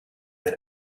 then